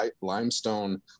limestone